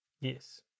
Yes